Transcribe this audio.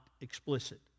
explicit